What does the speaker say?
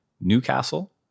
Newcastle